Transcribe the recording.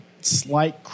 slight